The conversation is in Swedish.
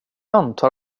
antar